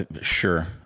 Sure